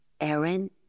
Aaron